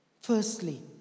Firstly